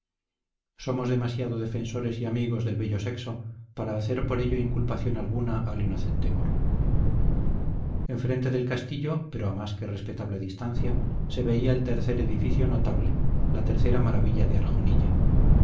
somos demasiado defensores y amigos del bello sexo para hacer por ello inculpación alguna al inocente moro enfrente del castillo pero a más que respetable distancia se veía el tercer edificio notable la tercera maravilla de arjonilla